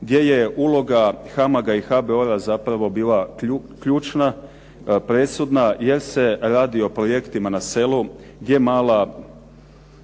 gdje je uloga HAMAG-a i HBOR-a zapravo bila ključna, presudna jer se radi o projektima na selu gdje je mala